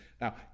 Now